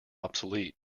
obsolete